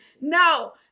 No